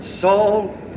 soul